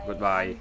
bye bye